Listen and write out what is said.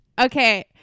okay